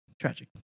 Tragic